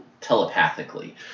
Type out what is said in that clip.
telepathically